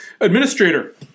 administrator